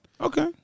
Okay